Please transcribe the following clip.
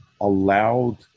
allowed